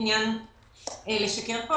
עניין לשקר פה.